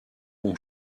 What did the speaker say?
bon